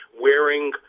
wearing